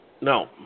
No